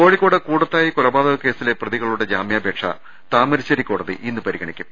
കോഴിക്കോട് കൂടത്തായി കൊലപാതക കേസിലെ പ്രതികളുടെ ജാമ്യാപേക്ഷ താമരശേരി കോടതി ഇന്ന് പരിഗണിക്കും